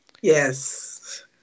Yes